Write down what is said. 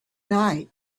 night